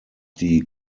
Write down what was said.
die